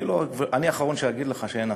אני האחרון שאגיד לך שאין אפליה.